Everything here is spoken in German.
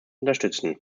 unterstützen